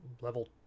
level